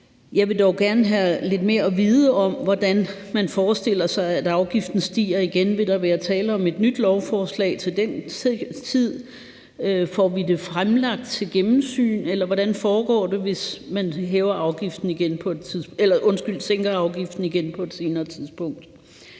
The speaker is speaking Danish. Jeg vil dog gerne have lidt mere at vide om, hvordan man forestiller sig, at afgiften stiger igen. Vil der være tale om et nyt lovforslag til den tid? Får vi det fremlagt til gennemsyn, eller hvordan foregår det, hvis man sænker afgiften igen på et senere tidspunkt?